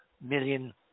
million